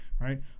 right